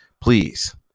Please